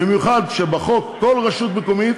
במיוחד כשלפי החוק כל רשות מקומית